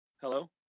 Hello